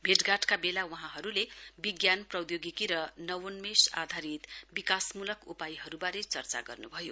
भेटघाटका बेला वहाँहरुले विज्ञान प्रौधोगिकी र नवोन्मेष आधारित विकासमूलक उपायहरुवारे चर्चा गर्न्भयो